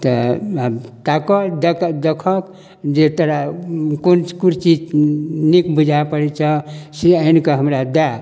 तऽ आब ताकऽ देखऽ जे तोरा कोन कुर्सी नीक बुझाइत पड़ैत छऽ से आनि कऽ हमरा दए